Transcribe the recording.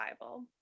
bible